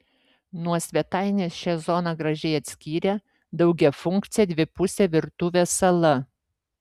nuo svetainės šią zoną gražiai atskyrė daugiafunkcė dvipusė virtuvės sala